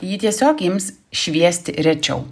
ji tiesiog ims šviesti rečiau